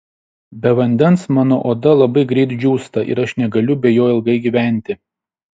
be vandens mano oda labai greit džiūsta ir aš negaliu be jo ilgai gyventi